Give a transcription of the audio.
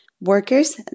workers